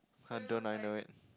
how don't I know it